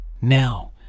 Now